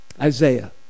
Isaiah